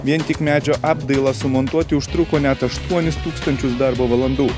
vien tik medžio apdailą sumontuoti užtruko net aštuonis tūkstančius darbo valandų